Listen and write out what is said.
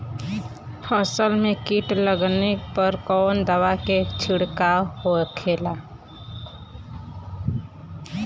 फसल में कीट लगने पर कौन दवा के छिड़काव होखेला?